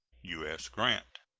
u s. grant.